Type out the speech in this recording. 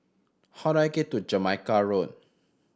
how do I get to Jamaica Road